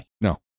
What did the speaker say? no